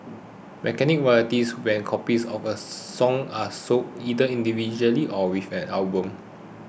mechanical royalties when copies of a song are sold either individually or with an album